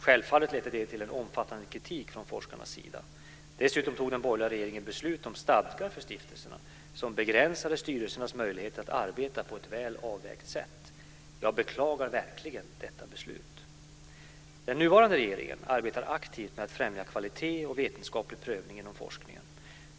Självfallet ledde detta till en omfattande kritik från forskarnas sida. Dessutom fattade den borgerliga regeringen beslut om stadgar för stiftelserna som begränsade styrelsernas möjligheter att arbeta på ett väl avvägt sätt. Jag beklagar verkligen detta beslut. Den nuvarande regeringen arbetar aktivt med att främja kvalitet och vetenskaplig prövning inom forskningen.